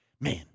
man